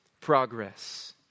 progress